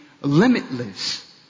limitless